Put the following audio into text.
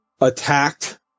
attacked